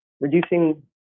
reducing